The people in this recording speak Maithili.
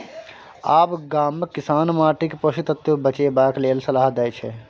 आब गामक किसान माटिक पोषक तत्व बचेबाक लेल सलाह दै छै